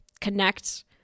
connect